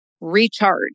recharge